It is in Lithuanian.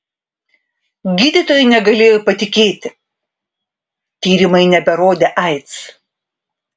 gydytojai negalėjo patikėti tyrimai neberodė aids